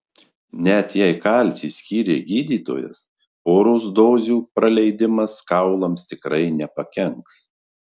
net jei kalcį skyrė gydytojas poros dozių praleidimas kaulams tikrai nepakenks